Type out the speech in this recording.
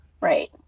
right